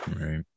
Right